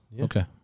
Okay